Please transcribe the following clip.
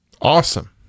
Awesome